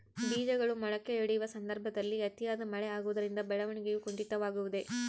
ಬೇಜಗಳು ಮೊಳಕೆಯೊಡೆಯುವ ಸಂದರ್ಭದಲ್ಲಿ ಅತಿಯಾದ ಮಳೆ ಆಗುವುದರಿಂದ ಬೆಳವಣಿಗೆಯು ಕುಂಠಿತವಾಗುವುದೆ?